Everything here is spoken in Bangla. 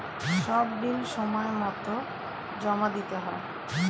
সব বিল সময়মতো জমা দিতে হয়